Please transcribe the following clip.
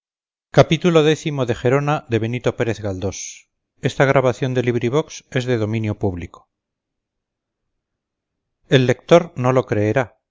santo evangelio el lector no lo creerá